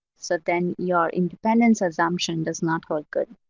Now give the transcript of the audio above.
so then your independence assumption does not hold good.